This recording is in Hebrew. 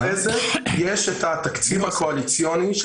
אחרי כן יש את התקציב הקואליציוני שהוא